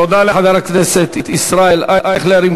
תודה לחבר הכנסת ישראל אייכלר.